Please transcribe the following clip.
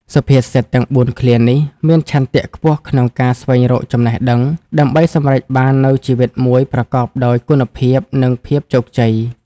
សុភាសិតទាំងបួនឃ្លានេះមានឆន្ទៈខ្ពស់ក្នុងការស្វែងរកចំណេះដឹង ដើម្បីសម្រេចបាននូវជីវិតមួយប្រកបដោយគុណភាព និងភាពជោគជ័យ។